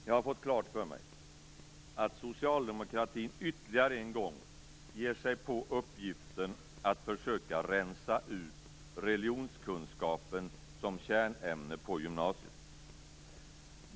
Jag har fått klart för mig att socialdemokratin ytterligare en gång ger sig på uppgiften att försöka rensa ut religionskunskapen som kärnämne på gymnasiet.